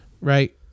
right